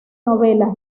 novela